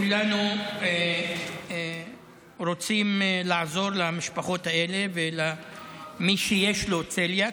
כולנו רוצים לעזור למשפחות האלה ולמי שיש לו צליאק.